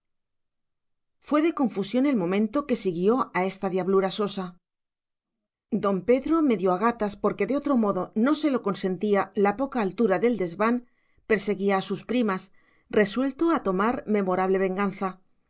fue de confusión el momento que siguió a esta diablura sosa don pedro medio a gatas porque de otro modo no se lo consentía la poca altura del desván perseguía a sus primas resuelto a tomar memorable venganza